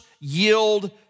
yield